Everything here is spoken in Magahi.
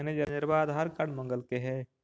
मैनेजरवा आधार कार्ड मगलके हे?